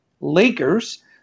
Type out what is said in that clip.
Lakers